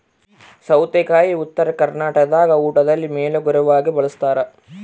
ಸೌತೆಕಾಯಿ ಉತ್ತರ ಕರ್ನಾಟಕದಾಗ ಊಟದಲ್ಲಿ ಮೇಲೋಗರವಾಗಿ ಬಳಸ್ತಾರ